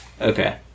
Okay